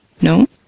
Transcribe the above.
no